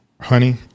honey